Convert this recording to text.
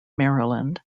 maryland